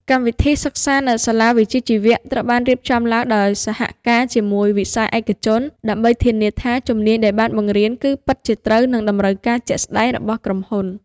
កម្មវិធីសិក្សានៅសាលាវិជ្ជាជីវៈ ត្រូវបានរៀបចំឡើងដោយសហការជាមួយវិស័យឯកជន ដើម្បីធានាថាជំនាញដែលបានបង្រៀនគឺពិតជាត្រូវនឹងតម្រូវការជាក់ស្តែងរបស់ក្រុមហ៊ុន។